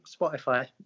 Spotify